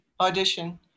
audition